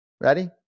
Ready